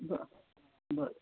बर बर